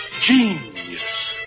genius